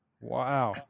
Wow